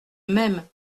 même